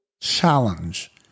challenge